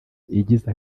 igize